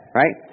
right